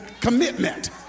commitment